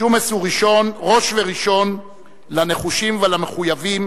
ג'ומס הוא ראש וראשון לנחושים ולמחויבים